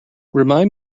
remind